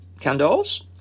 candles